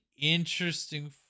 interesting